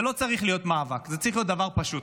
זה לא צריך להיות מאבק, זה צריך להיות דבר פשוט.